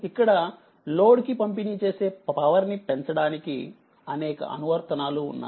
ఇక్కడలోడ్ కి పంపిణీ చేసే పవర్ ని పెంచడానికి అనేక అనువర్తనాలు ఉన్నాయి